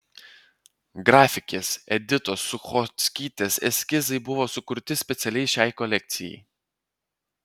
grafikės editos suchockytės eskizai buvo sukurti specialiai šiai kolekcijai